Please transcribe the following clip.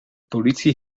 politie